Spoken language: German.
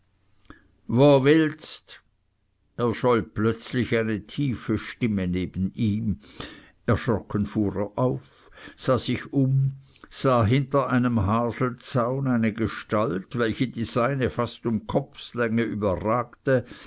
wo willst erscholl plötzlich eine tiefe stimme neben ihm erschrocken fuhr er auf sah sich um sah hinter einem haselzaun eine gestalt welche die seine fast um kopfslänge überragte